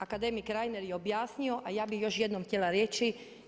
Akademik Reiner je objasnio, a ja bih još jednom htjela reći.